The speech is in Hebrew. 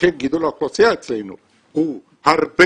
לכן גידול האוכלוסייה אצלנו הוא הרבה